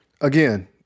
Again